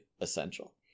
essential